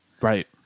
right